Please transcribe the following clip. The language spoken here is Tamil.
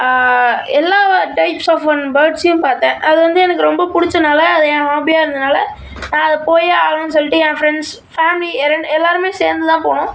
எல்லா வ டைப்ஸ் ஆஃப் ஒன் பேர்ட்ஸையும் பார்த்தேன் அது வந்து எனக்கு ரொம்ப பிடிச்சனால அது எனக்கு ஹாப்பியாக இருந்ததனால நான் அது போயே ஆகணும்ன்னு சொல்லிட்டு என் ஃப்ரெண்ட்ஸ் ஃபேமிலி எல்லா எல்லோருமே சேர்ந்துதான் போனோம்